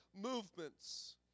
movements